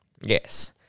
Yes